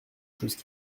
choses